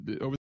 over